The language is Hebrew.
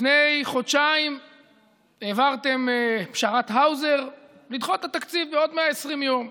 לפני חודשיים העברתם את פשרת האוזר לדחות את התקציב בעוד 120 יום.